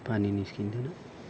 पानी निस्किँदैन